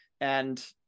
and-